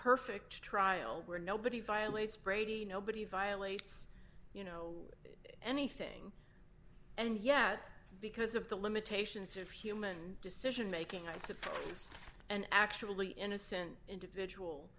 perfect trial where nobody violates brady nobody violates you know anything and yet because of the limitations of human decision making i suppose and actually innocent individual